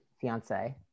Fiance